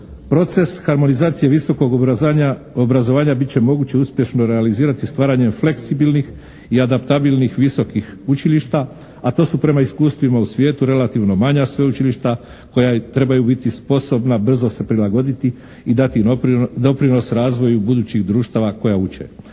Proces harmonizacije visokog obrazovanja bit će moguće uspješno realizirati stvaranjem fleksibilnih i adaptabilnih visokih učilišta, a to su prema iskustvima u svijetu relativno manja sveučilišta koja trebaju biti sposobna brzo se prilagoditi i dati doprinos razvoju budućih društava koja uče.